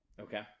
okay